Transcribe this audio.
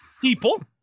People